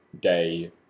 day